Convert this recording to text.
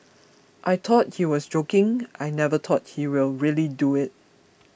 I thought he was joking I never thought he will really do it